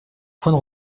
point